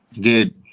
Good